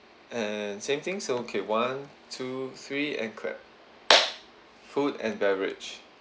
and same thing so okay one two three and clap food and beverage